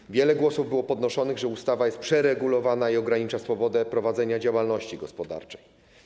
Było wiele głosów podnoszonych, że ustawa jest przeregulowana i ogranicza swobodę prowadzenia działalności gospodarczej.